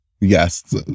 Yes